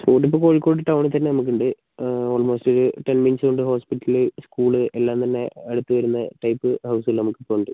സ്കൂളുണ്ട് കോഴിക്കോട് ടൗണ് തന്നെ നമുക്ക് ഉണ്ട് ഓൾമോസ്റ്റ് ടെൻ മിനിറ്റ്സ് കൊണ്ട് ഹോസ്പിറ്റല് സ്കൂള് എല്ലാം തന്നെ അടുത്ത് വരുന്ന ടൈപ്പ് ഹൗസ് നമുക്ക് ഇപ്പോൾ ഉണ്ട്